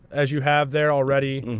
as you have there already,